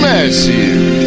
Massive